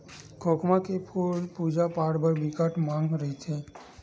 खोखमा के फूल के पूजा पाठ बर बिकट मांग रहिथे